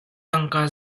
tangka